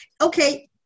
okay